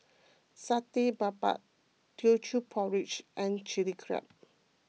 Satay Babat Teochew Porridge and Chili Crab